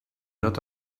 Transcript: not